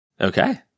Okay